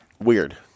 Weird